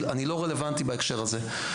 אני לא רלוונטי בהקשר הזה.